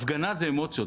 הפגנה היא אמוציות.